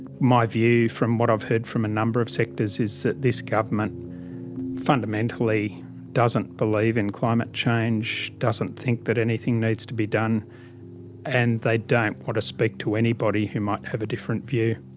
my view from what i've heard from a number of sectors is that this government fundamentally doesn't believe in climate change, doesn't think that anything needs to be done and they don't want to speak to anybody who might have a different view.